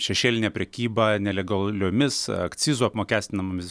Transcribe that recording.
šešėlinė prekyba nelegaliomis akcizu apmokestinamomis